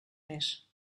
més